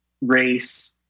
race